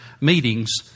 meetings